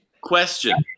Question